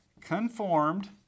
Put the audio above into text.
conformed